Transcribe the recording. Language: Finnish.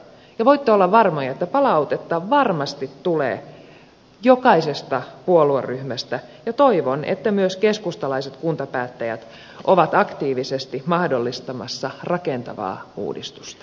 ja voitte olla varmoja että palautetta varmasti tulee jokaisesta puolueryhmästä ja toivon että myös keskustalaiset kuntapäättäjät ovat aktiivisesti mahdollistamassa rakentavaa uudistusta